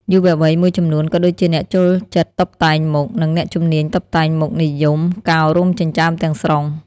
យុវវ័យមួយចំនួន ក៏ដូចជាអ្នកចូលចិត្តតុបតែងមុខ និងអ្នកជំនាញតុបតែងមុខនិយមកោររោមចិញ្ចើមទាំងស្រុង។